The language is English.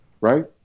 right